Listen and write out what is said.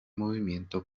movimiento